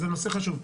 זה נושא חשוב,